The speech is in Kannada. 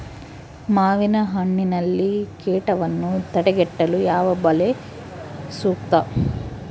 ಮಾವಿನಹಣ್ಣಿನಲ್ಲಿ ಕೇಟವನ್ನು ತಡೆಗಟ್ಟಲು ಯಾವ ಬಲೆ ಸೂಕ್ತ?